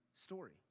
story